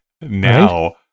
Now